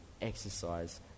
exercise